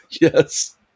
Yes